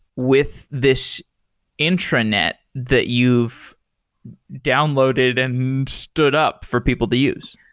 with this intranet that you've downloaded and stood up for people to use?